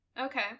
okay